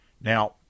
Now